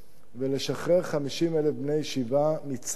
ולשחרר 50,000 בני ישיבות מצה"ל,